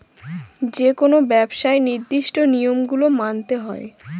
যেকোনো ব্যবসায় নির্দিষ্ট নিয়ম গুলো মানতে হয়